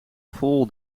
vol